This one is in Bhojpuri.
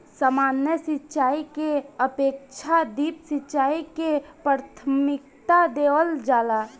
सामान्य सिंचाई के अपेक्षा ड्रिप सिंचाई के प्राथमिकता देवल जाला